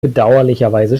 bedauerlicherweise